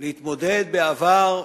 להתמודד בעבר,